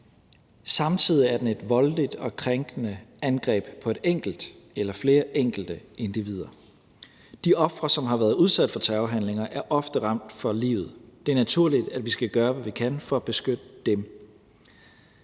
Samtidig er den et voldeligt og krænkende angreb på et enkelt eller flere enkelte individer. De ofre, som har været udsat for terrorhandlinger, er ofte ramt for livet, og det er naturligt, at vi skal gøre, hvad vi kan, for at beskytte dem.